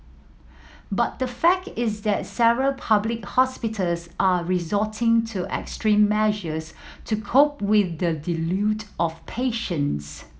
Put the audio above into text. but the fact is that several public hospitals are resorting to extreme measures to cope with the of patients